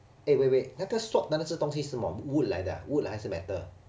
eh wait wait wait 那个 swab 那个那些东西是什么 wood 来的啊 wood 还是 metal